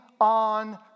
On